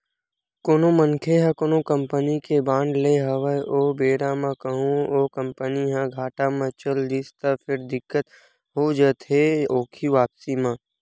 कोनो मनखे ह कोनो कंपनी के बांड लेय हवय ओ बेरा म कहूँ ओ कंपनी ह घाटा म चल दिस त फेर दिक्कत हो जाथे ओखी वापसी के